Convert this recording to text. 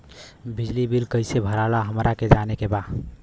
बिजली बिल कईसे भराला हमरा के जाने के बा?